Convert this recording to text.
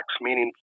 meaning